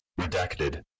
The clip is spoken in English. Redacted